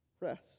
rest